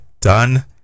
done